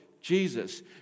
Jesus